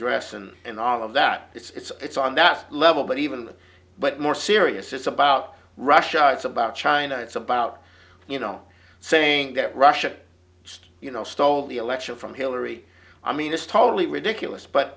dress and and all of that it's on that level but even that but more serious it's about russia it's about china it's about you know saying that russia just you know stole the election from hillary i mean it's totally ridiculous but